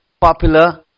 popular